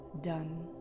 done